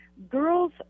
Girls